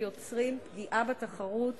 שיוצרים פגיעה בתחרות,